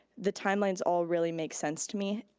the timelines all really make sense to me